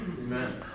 Amen